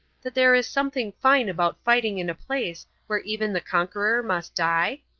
that there is something fine about fighting in a place where even the conqueror must die?